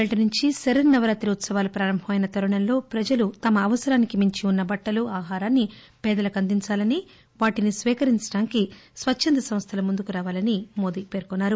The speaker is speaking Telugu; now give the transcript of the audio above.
నేటి నుంచి శరన్నవరాత్రి ఉత్పవాలు ప్రారంభమైన తరుణంలో ప్రజలు తమ అవసరానికి మించి ఉన్న టట్టలు ఆహారాన్సి పేదలకు అందించాలని వాటిని సేకరించడానికి స్వచ్చంద సంస్థలు ముందుకురావాలని మోదీ పేర్కొన్నారు